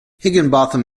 higginbotham